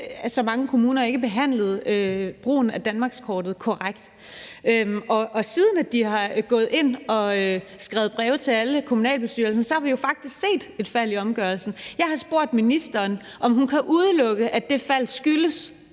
så mange kommuner ikke behandlede brugen af danmarkskortet korrekt. Efter at de har skrevet breve til alle kommunalbestyrelser, har vi jo faktisk set et fald i omgørelsesprocenten. Jeg har spurgt ministeren, om hun kan udelukke, at det fald skyldes